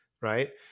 right